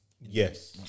Yes